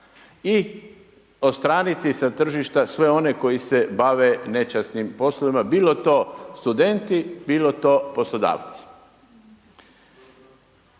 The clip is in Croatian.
i odstraniti sa tržišta sve one koji se bave nečasnim poslovima, bilo to studenti, bilo to poslodavci.